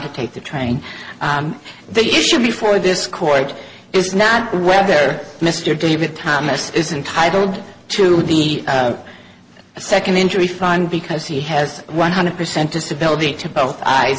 to take the train the issue before this court is not whether mr david thomas is intitled to the second injury fine because he has one hundred percent disability to both